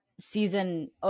season